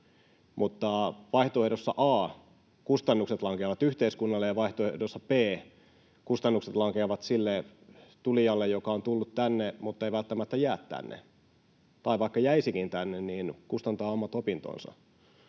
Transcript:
vaihtoehdossa A kustannukset lankeavat yhteiskunnalle ja vaihtoehdossa B kustannukset lankeavat sille tulijalle, joka on tullut tänne mutta ei välttämättä jää tänne — tai vaikka jäisikin tänne, niin kustantaa omat opintonsa.